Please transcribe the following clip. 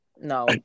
No